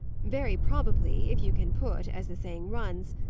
very probably, if you can put, as the saying runs,